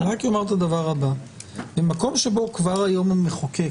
אני רק אומר שבמקום שבו כבר היום המחוקק